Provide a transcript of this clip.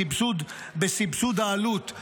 בסבסוד העלות.